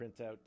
printout